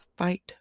Fight